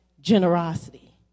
generosity